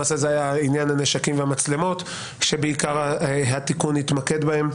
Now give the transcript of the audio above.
למעשה זה היה עניין הנשקים והמצלמות שבעיקר התיקון התמקד בהם,